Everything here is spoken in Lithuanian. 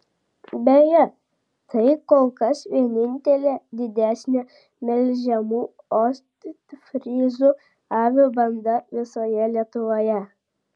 beje tai kol kas vienintelė didesnė melžiamų ostfryzų avių banda visoje lietuvoje